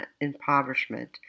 impoverishment